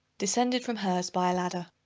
descended from hers by a ladder.